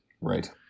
Right